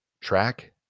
track